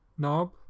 Knob